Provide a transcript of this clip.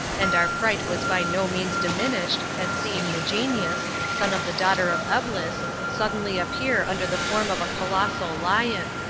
and our fright was by no means diminished at seeing the genius, son of the daughter of eblis, suddenly appear under the form of a colossal lion.